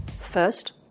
First